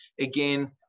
Again